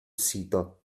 sito